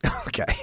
Okay